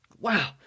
wow